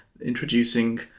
introducing